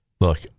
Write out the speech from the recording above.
look